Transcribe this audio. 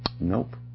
nope